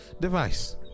device